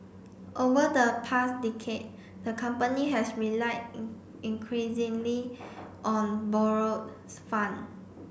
over the past decade the company has relied in increasingly on borrowed fund